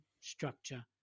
structure